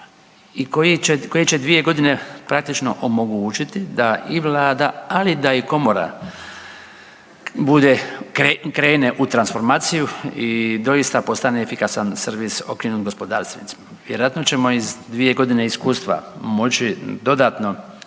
i koji će 2 godine praktično omogućiti da i Vlada, ali da i komora bude, krene u transformaciju i doista postane efikasan servis okrenut gospodarstvenicima. Vjerojatno ćemo iz 2 godine iskustva moći dodatno